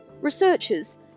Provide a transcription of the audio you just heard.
Researchers